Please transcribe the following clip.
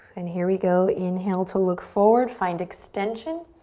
and here we go. inhale to look forward, find extension.